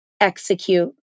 execute